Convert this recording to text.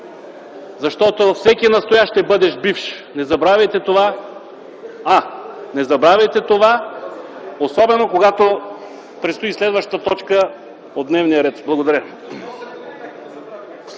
Защото всеки настоящ е бъдещ бивш. Не забравяйте това, особено, когато предстои следваща точка от дневния ред. Благодаря.